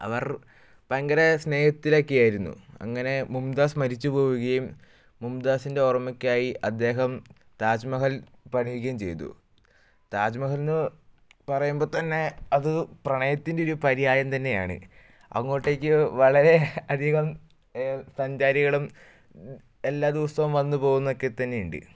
അവർ ഭയങ്കര സ്നേഹത്തിലൊക്കായിരുന്നു അങ്ങനെ മുംതാസ് മരിച്ചു പോവുകയും മുംതാസിൻ്റെ ഓർമ്മക്കായി അദ്ദേഹം താജ്മഹൽ പണിയുകയും ചെയ്തു താജ്മഹൽ എന്ന് പറയുമ്പോൾ തന്നെ അത് പ്രണയത്തിൻ്റെ ഒരു പര്യായം തന്നെയാണ് അങ്ങോട്ടേക്ക് വളരെ അധികം സഞ്ചാരികളും എല്ലാ ദിവസവും വന്നു പോകുന്നൊക്കെ തന്നെ ഉണ്ട്